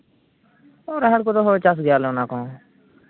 ᱨᱟᱦᱮᱲ ᱠᱚᱫᱚ ᱞᱮ ᱪᱟᱥ ᱜᱮᱭᱟ ᱚᱱᱟ ᱠᱚᱦᱚᱸ